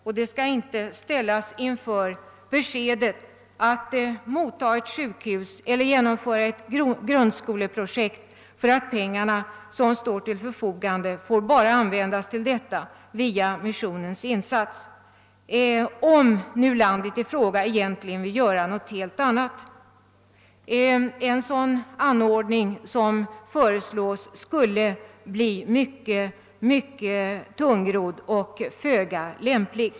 Landet skall inte ställas inför tvånget att motta ett sjukhus eller genomföra ett grundskoleprojekt, därför att pengarna, som står till förfogande, endast får användas till detta via missionens insats, även om landet i fråga egentligen vill göra något helt annat. En sådan anordning som föreslås skulle bli mycket tungrodd och föga lämplig.